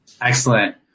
Excellent